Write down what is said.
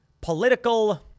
political